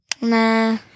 Nah